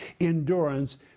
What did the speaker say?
endurance